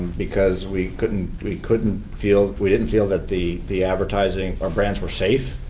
because we couldn't we couldn't feel we didn't feel that the the advertising our brands were safe.